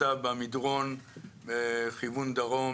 אז מתעורר איזה סימן של שאלה,